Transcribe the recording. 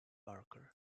barker